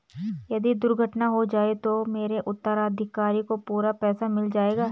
यदि दुर्घटना हो जाये तो मेरे उत्तराधिकारी को पूरा पैसा मिल जाएगा?